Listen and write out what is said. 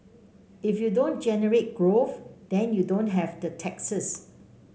if you don't generate growth then you don't have the taxes